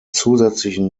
zusätzlichen